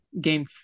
game